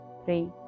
three